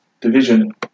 division